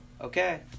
okay